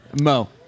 Mo